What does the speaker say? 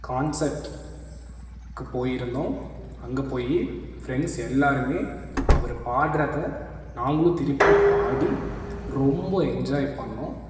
கான்சர்ட்க்கு போயிருந்தோம் அங்கே போய் ஃப்ரெண்ட்ஸ் எல்லோருமே அவரு பாடுறதை நாங்களும் திருப்பி பாடி ரொம்ப என்ஜாய் பண்ணிணோம்